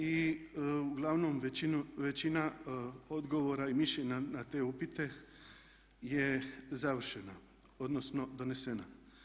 I uglavnom većina odgovora i mišljenja na te upite je završena, odnosno donesena.